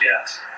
yes